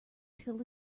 till